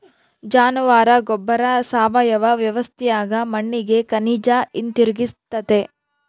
ಜಾನುವಾರ ಗೊಬ್ಬರ ಸಾವಯವ ವ್ಯವಸ್ಥ್ಯಾಗ ಮಣ್ಣಿಗೆ ಖನಿಜ ಹಿಂತಿರುಗಿಸ್ತತೆ